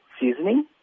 seasoning